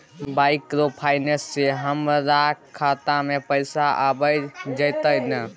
Microfinance से हमारा खाता में पैसा आबय जेतै न?